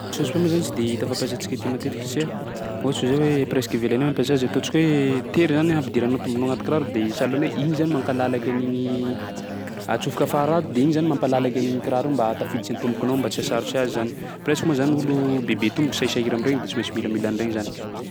Chausde-pied moa zany tsy de hita fampiasantsika aty matetiky satsia ohatsy zao hoe presque ivelany any mampiasa azy, ataontsika hoe tery zany hampidiranao tombonao agnaty kiraro de sahalan'ny hoe igny zany mankalalaky an'igny, atsofoka afara ato de igny zany mampalalaky an'igny kiraro iny mba hahatafiditsy ny tombokanao mba tsy hahasarotsy azy zany. Presque moa zany olo bebe tomboky sahirahira amin'iregny tsy maintsy milamila an'iregny zany.